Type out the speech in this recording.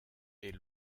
est